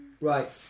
Right